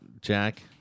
Jack